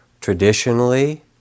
Traditionally